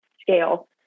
scale